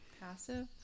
Passive